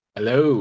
Hello